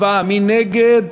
מי נגד?